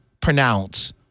pronounce